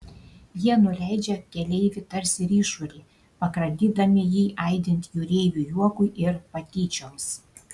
jie nuleidžia keleivį tarsi ryšulį pakratydami jį aidint jūreivių juokui ir patyčioms